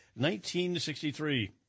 1963